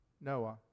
Noah